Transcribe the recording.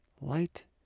Light